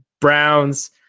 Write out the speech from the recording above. Browns